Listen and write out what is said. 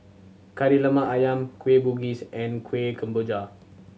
Kari Lemak Ayam Kueh Bugis and Kueh Kemboja